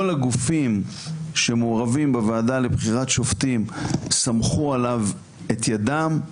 הגופים שמעורבים בוועדה לבחירת שופטים סמכו עליו את ידם,